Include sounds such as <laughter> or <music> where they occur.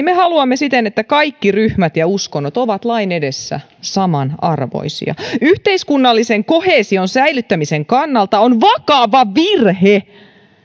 <unintelligible> me haluamme siten että kaikki ryhmät ja uskonnot ovat lain edessä samanarvoisia yhteiskunnallisen koheesion säilyttämisen kannalta on vakava virhe